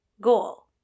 goal